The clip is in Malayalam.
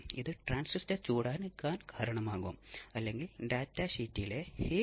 ഇത് കറന്റുമായി ഇൻ ഫേസ് ആണ്